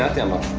download.